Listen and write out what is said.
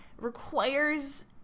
requires